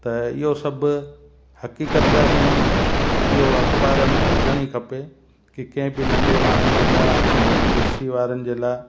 त इहो सभु हक़ीक़त में इहो अख़बार में हुजण ई खपे की कंहिं बि नंढे माण्हुनि जे लाइ ऐं कृषि वारनि जे लाइ